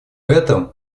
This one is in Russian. этом